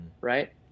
right